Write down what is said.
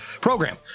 program